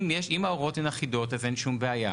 אם ההוראות הן אחידות אז אין שום בעיה,